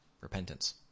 repentance